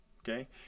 Okay